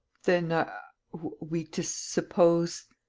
then are we to suppose.